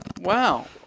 Wow